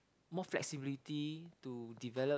more flexibility to develop